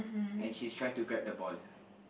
and she's trying to grab the ball